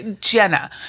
Jenna